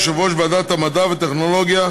יושב-ראש ועדת המדע והטכנולוגיה,